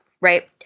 right